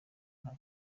nta